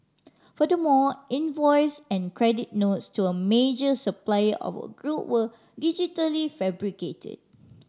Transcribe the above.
furthermore invoice and credit notes to a major supplier of a group were digitally fabricated